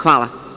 Hvala.